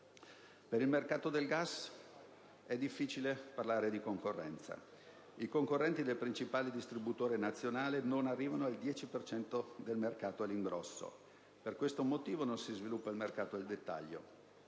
Per il mercato del gas è difficile parlare di concorrenza. I concorrenti del principale distributore nazionale non arrivano al 10 per cento del mercato all'ingrosso. Per questo motivo non si sviluppa il mercato al dettaglio.